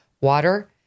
water